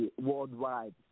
worldwide